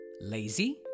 Lazy